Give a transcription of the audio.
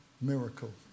miracle